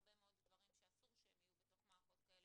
הרבה מאוד דברים שאסור שיהיו במערכות כאלה